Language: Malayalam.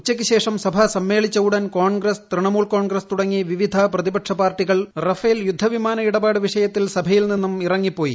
ഉച്ചയ്ക്ക് ശേഷം സഭ സമ്മേളിച്ച ഉടൻ കോൺഗ്രസ് തൃണമൂൽ കോൺഗ്രസ് തുടങ്ങി വിവിധ പ്രതിപക്ഷ പാർട്ടി അംഗങ്ങൾ റാഫേൽ യുദ്ധവിമാന ഇടപാട് വിഷയത്തിൽ സഭയിൽ നിന്നും ഇറങ്ങിപ്പോയി